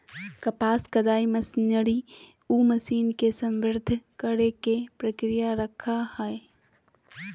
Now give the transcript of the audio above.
कपास कताई मशीनरी उ मशीन के संदर्भित करेय के प्रक्रिया रखैय हइ